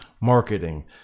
Marketing